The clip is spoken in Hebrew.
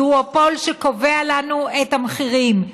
דואופול שקובע לנו את המחירים,